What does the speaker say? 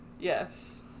Yes